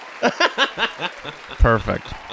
Perfect